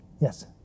Yes